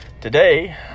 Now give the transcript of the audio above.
Today